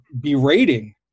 berating